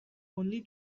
only